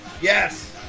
Yes